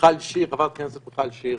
חברת הכנסת מיכל שיר.